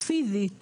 פיזית